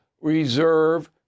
reserve